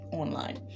online